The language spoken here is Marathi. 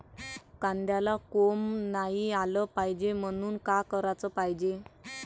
कांद्याला कोंब नाई आलं पायजे म्हनून का कराच पायजे?